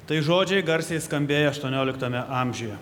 tai žodžiai garsiai skambėję aštuonioliktame amžiuje